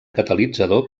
catalitzador